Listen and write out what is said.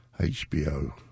HBO